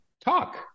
talk